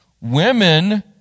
women